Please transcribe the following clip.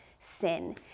sin